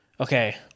Okay